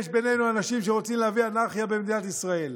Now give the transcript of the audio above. יש בינינו אנשים שרוצים להביא אנרכיה במדינת ישראל,